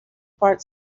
part